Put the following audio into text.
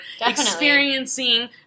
experiencing